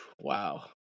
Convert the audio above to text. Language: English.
Wow